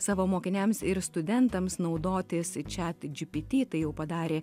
savo mokiniams ir studentams naudotis chatgpt tai jau padarė